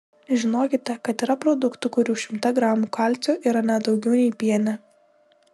žinokite kad yra produktų kurių šimte gramų kalcio yra net daugiau nei piene